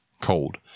cold